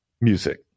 music